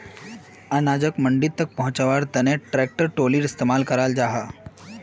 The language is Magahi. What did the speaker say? अनाजोक मंडी तक पहुन्च्वार तने ट्रेक्टर ट्रालिर इस्तेमाल कराल जाहा